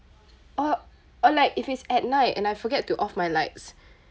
or or like if it's at night and I forget to off my lights